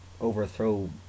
overthrow